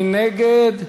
מי נגד?